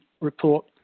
report